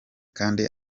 kandi